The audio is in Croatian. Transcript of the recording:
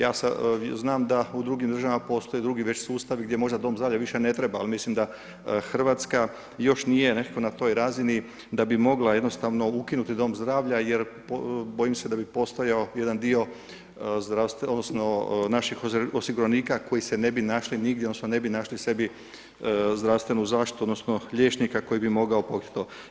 Ja znam da u drugim državama postoji drugi već sustav gdje možda dom zdravlja više ne treba ali mislim da Hrvatska još nije nekako na toj razini da bi mogla jednostavno ukinuti dom zdravlja jer bojim se da bi postojao jedan dio zdravstvenog, odnosno naših osiguranika koji se ne bi našli nigdje odnosno ne bi našli sebi zdravstvenu zaštitu odnosno liječnika koji bi mogao pokriti to.